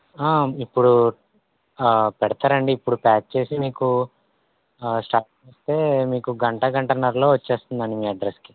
ఇప్పుడు పెడతారండి ఇప్పుడు ప్యాక్ చేసి మీకు స్టార్ట్ చేస్తే మీకు గంటా గంటనరలో వచ్చేస్తుందండి మీ అడ్రష్కి